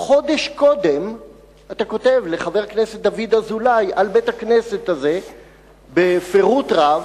חודש קודם אתה כותב לחבר הכנסת דוד אזולאי על בית-הכנסת הזה בפירוט רב,